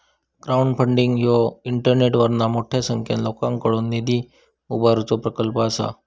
crowdfunding ह्यो इंटरनेटवरना मोठ्या संख्येन लोकांकडुन निधी उभारुचो प्रकल्प असा